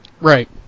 Right